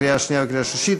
לקריאה שנייה וקריאה שלישית,